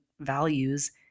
values